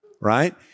right